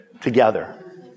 together